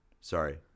sorry